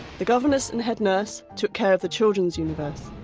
the governess and head nurse took care of the children's universe,